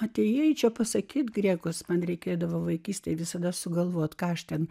atėjai čia pasakyti griekus man reikėdavo vaikystėje visada sugalvoti ką aš ten